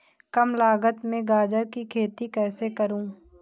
कम लागत में गाजर की खेती कैसे करूँ?